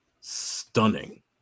stunning